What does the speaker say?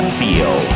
feel